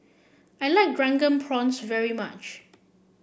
I like drunken very much